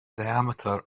diameter